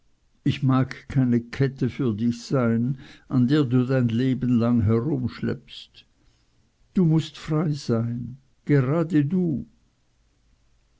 ich mag keine kette für dich sein an der du dein leben lang herumschleppst du mußt frei sein gerade du